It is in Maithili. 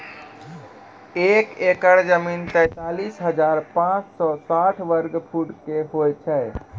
एक एकड़ जमीन, तैंतालीस हजार पांच सौ साठ वर्ग फुटो के होय छै